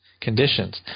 conditions